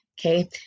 Okay